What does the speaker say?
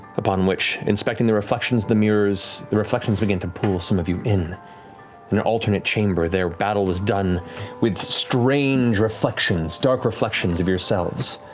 upon which inspecting the reflections in the mirrors, the reflections began to pull some of you in. in an alternate chamber there, battle was done with strange reflections, dark reflections of yourselves.